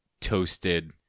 toasted